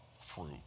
fruit